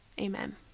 Amen